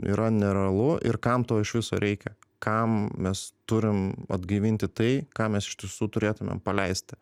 yra nerealu ir kam to iš viso reikia kam mes turim atgaivinti tai ką mes iš tiesų turėtumėm paleisti